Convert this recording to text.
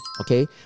okay